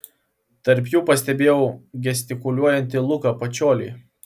tarp jų pastebėjau gestikuliuojantį luką pačiolį